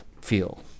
feel